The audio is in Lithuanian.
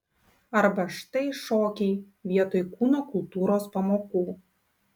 arba štai šokiai vietoj kūno kultūros pamokų